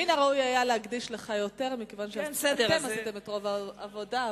חבר הכנסת כץ,